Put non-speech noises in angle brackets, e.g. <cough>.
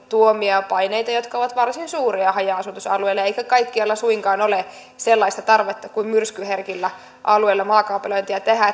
tuomia paineita jotka ovat varsin suuria haja asutusalueilla eikä kaikkialla suinkaan ole sellaista tarvetta kuin myrskyherkillä alueilla maakaapelointia tehdä <unintelligible>